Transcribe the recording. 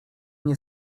nie